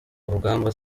urugamba